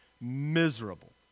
miserable